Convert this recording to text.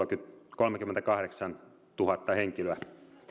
kolmekymmentäkahdeksantuhatta henkilöä